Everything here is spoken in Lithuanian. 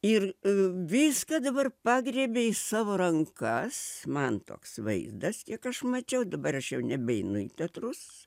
ir viską dabar pagriebė į savo rankas man toks vaizdas kiek aš mačiau dabar aš jau nebeinu į teatrus